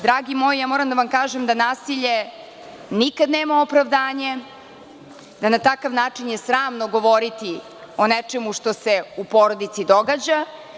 Dragi moji, moram da vam kažem da nasilje nikada nema opravdanje, da je na takav način sramno govoriti o nečemu što se u porodici događa.